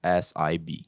SIB